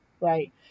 right